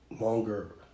longer